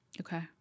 Okay